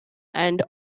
and